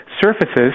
surfaces